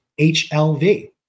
HLV